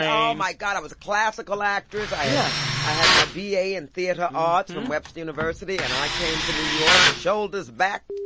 oh, my god, i was a classical actress. i yeah i had my b a. in theatre arts from webster university. and i came to new york shoulders back,